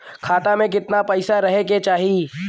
खाता में कितना पैसा रहे के चाही?